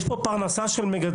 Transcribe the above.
על הכף כאן מונחת פרנסה של מגדלים.